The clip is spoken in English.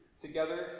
together